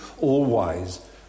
all-wise